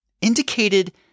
indicated